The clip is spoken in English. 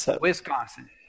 Wisconsin